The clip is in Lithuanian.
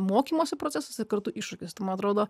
mokymosi procesas ir kartu iššūkis ir man atrodo